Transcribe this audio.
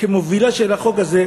כמובילה של החוק הזה,